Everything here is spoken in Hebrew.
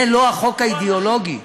זה לא החוק האידיאולוגי.